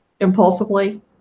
impulsively